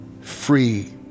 free